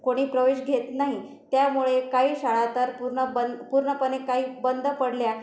कोणी प्रवेश घेत नाही त्यामुळे काही शाळा तर पूर्ण बंद पूर्णपणे काही बंद पडल्या